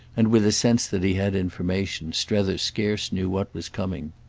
and, with a sense that he had information, strether scarce knew what was coming.